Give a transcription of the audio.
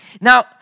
Now